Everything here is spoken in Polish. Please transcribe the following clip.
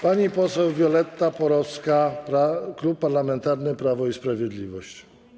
Pani poseł Violetta Porowska, Klub Parlamentarny Prawo i Sprawiedliwość.